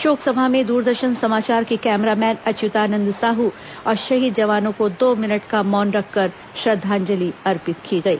शोक सभा में दूरदर्शन समाचार के कैमरामैन अच्युतानंद साहू और शहीद जवानों को दो मिनट का मौन रखकर श्रद्वांजलि अर्पित की गई